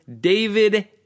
David